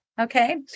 Okay